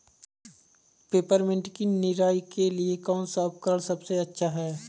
Peppermint की निराई के लिए कौन सा उपकरण सबसे अच्छा है?